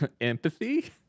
empathy